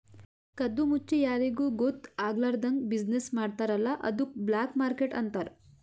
ಕದ್ದು ಮುಚ್ಚಿ ಯಾರಿಗೂ ಗೊತ್ತ ಆಗ್ಲಾರ್ದಂಗ್ ಬಿಸಿನ್ನೆಸ್ ಮಾಡ್ತಾರ ಅಲ್ಲ ಅದ್ದುಕ್ ಬ್ಲ್ಯಾಕ್ ಮಾರ್ಕೆಟ್ ಅಂತಾರ್